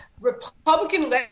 republican